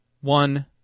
one